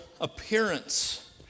appearance